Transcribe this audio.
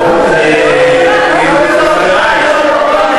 טוב, חברי, פליטת פה.